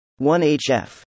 1hf